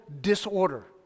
disorder